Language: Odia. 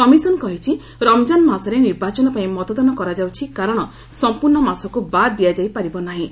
କମିଶନ୍ କହିଛି ରମକାନ ମାସରେ ନିର୍ବାଚନ ପାଇଁ ମତଦାନ କରାଯାଉଛି କାରଣ ସଂପ୍ରର୍ଣ୍ଣ ମାସକୁ ବାଦ୍ ଦିଆଯାଇ ପାରିବ ନାହିଁ